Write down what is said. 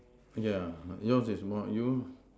yeah yours is more you